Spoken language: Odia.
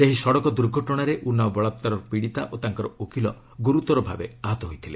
ସେହି ସଡ଼କ ଦୁର୍ଘଟଣାରେ ଉନାଓ ବଳାକ୍କାର ପୀଡ଼ିତା ଓ ତାଙ୍କର ଓକିଲ ଗୁରୁତର ଭାବେ ଆହତ ହୋଇଥିଲେ